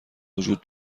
وجود